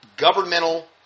Governmental